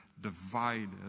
divided